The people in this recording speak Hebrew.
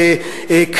למשל,